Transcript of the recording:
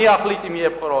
ואני אחליט אם יהיו בחירות.